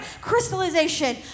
Crystallization